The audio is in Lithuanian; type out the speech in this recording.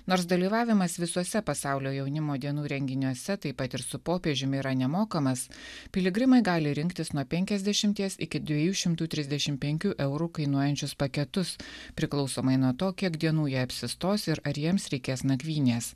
nors dalyvavimas visose pasaulio jaunimo dienų renginiuose taip pat ir su popiežiumi yra nemokamas piligrimai gali rinktis nuo penkiasdešimties iki dviejų šimtų trisdešimt penkių eurų kainuojančius paketus priklausomai nuo to kiek dienų jie apsistos ir ar jiems reikės nakvynės